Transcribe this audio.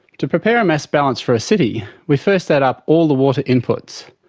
to prepare a mass balance for a city we first add up all the water inputs.